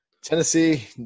Tennessee –